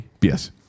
yes